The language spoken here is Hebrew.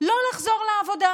לא לחזור לעבודה,